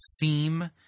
theme